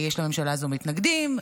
יש לממשלה הזו מתנגדים,